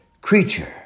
creature